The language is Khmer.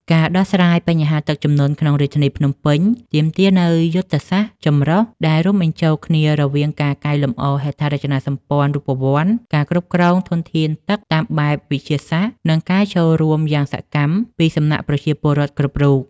ការដោះស្រាយបញ្ហាទឹកជំនន់ក្នុងរាជធានីភ្នំពេញ ទាមទារនូវយុទ្ធសាស្ត្រចម្រុះ ដែលរួមបញ្ចូលគ្នារវាងការកែលម្អហេដ្ឋារចនាសម្ព័ន្ធរូបវន្ត ការគ្រប់គ្រងធនធានទឹកតាមបែបវិទ្យាសាស្ត្រ និងការចូលរួមយ៉ាងសកម្មពីសំណាក់ប្រជាពលរដ្ឋគ្រប់រូប។